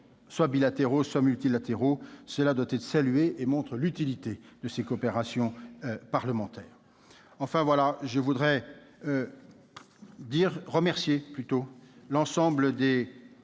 étroits, bilatéraux ou multilatéraux. Cela doit être salué et cela montre l'utilité de ces coopérations parlementaires. Enfin, je veux remercier l'ensemble des